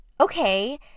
okay